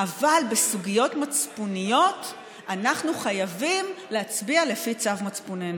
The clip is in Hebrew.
אבל בסוגיות מצפוניות אנחנו חייבים להצביע לפי צו מצפוננו.